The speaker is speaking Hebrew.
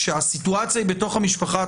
שהסיטואציה היא בתוך המשפחה,